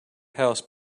house